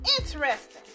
Interesting